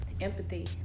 empathy